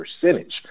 percentage